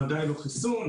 ודאי לא חיסון.